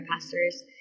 pastors